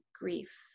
grief